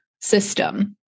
system